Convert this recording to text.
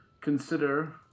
consider